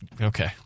Okay